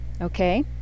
Okay